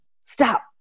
stop